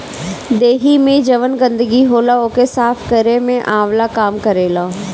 देहि में जवन गंदगी होला ओके साफ़ केरे में आंवला काम करेला